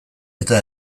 eta